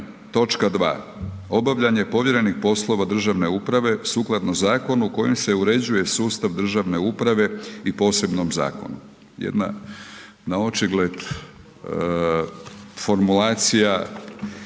točka 2.: „Obavljanje povjerenih poslova državne uprave sukladno zakonu kojim se uređuje sustav državne uprave i posebnom zakonu.“. Jedna na očigled formulacija